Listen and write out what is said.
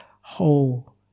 whole